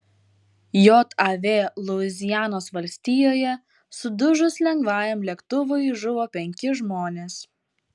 jav luizianos valstijoje sudužus lengvajam lėktuvui žuvo penki žmonės